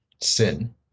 sin